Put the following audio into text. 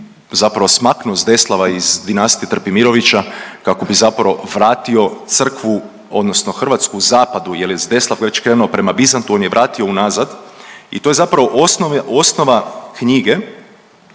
zapravo smaknuo Zdeslava iz Dinastije Trpimirovića kako bi zapravo vratio Crkvu odnosno Hrvatsku zapadu, jel je Zdeslav već krenuo prema Bizantu, on je vratio unazad. I to je zapravo osnova knjige